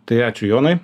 tai ačiū jonai